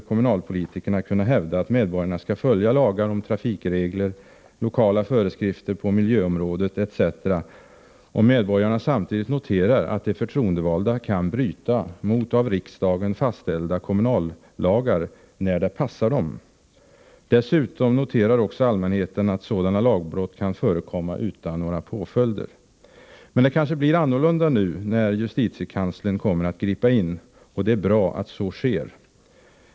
kommunalpolitiker kunna hävda att medborgarna skall följa lagar och trafikregler, lokala föreskrifter på miljöområdet etc., om medborgarna samtidigt noterar att de förtroendevalda kan bryta mot av riksdagen fastställda kommunala lagar när det passar dem? Dessutom noterar också allmänheten att sådana lagbrott kan förekomma utan några påföljder. Men det kanske blir annorlunda nu, när justitiekanslern kommer att gripa in, och det är bra att så sker.